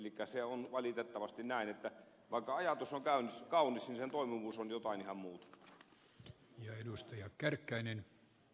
elikkä se on valitettavasti näin että vaikka ajatus on kaunis sen toimivuus on jotain ihan muuta